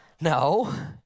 No